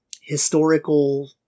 historical